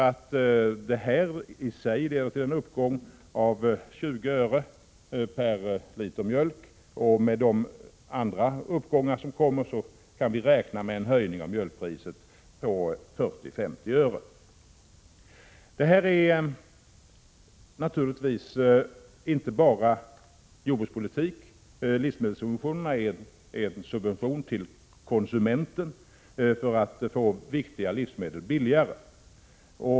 Det leder i sig till en uppgång med 20 öre per liter mjölk, och med de vanliga tilläggen kan vi räkna med en höjning av mjölkpriset på 40—50 öre. Det här är naturligtvis inte bara jordbrukspolitik. Livsmedelssubventionerna är till för att konsumenten skall få viktiga livsmedel billigare.